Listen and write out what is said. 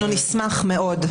אנחנו נשמח מאוד.